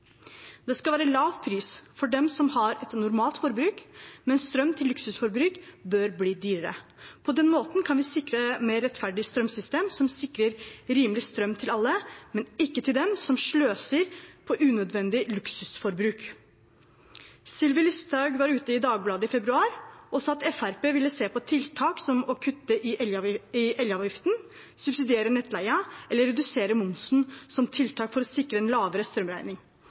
Det skal være lav pris for dem som har et normalt forbruk, men strøm til luksusforbruk bør bli dyrere. På den måten kan vi sikre et mer rettferdig strømsystem som sikrer rimelig strøm til alle, men ikke til dem som sløser med strømmen til unødvendig luksusforbruk. Sylvi Listhaug var ute i Dagbladet i februar og sa at Fremskrittspartiet ville se på tiltak, som å kutte i elavgiften, subsidiere nettleien eller redusere momsen, for å sikre en lavere strømregning.